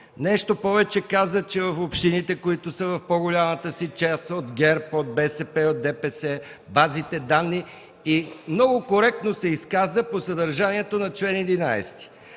Нещо повече, каза за общините, които са в по-голямата си част от ГЕРБ, от БСП, от ДПС, за базите данни, и много коректно се изказа по съдържанието на чл. 11.